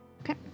Okay